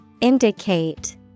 Indicate